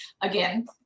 again